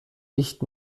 nicht